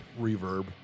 reverb